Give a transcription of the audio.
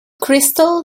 crystal